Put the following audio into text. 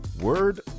word